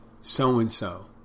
so-and-so